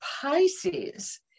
Pisces